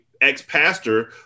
ex-pastor